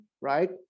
right